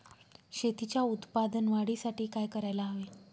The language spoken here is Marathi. शेतीच्या उत्पादन वाढीसाठी काय करायला हवे?